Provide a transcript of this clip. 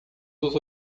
dos